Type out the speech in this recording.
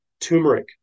Turmeric